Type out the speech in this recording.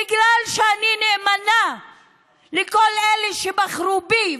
בגלל שאני נאמנה לכל אלה שבחרו בי,